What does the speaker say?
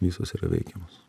visos yra veikiamos